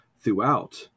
throughout